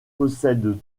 possède